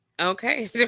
Okay